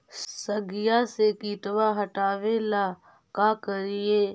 सगिया से किटवा हाटाबेला का कारिये?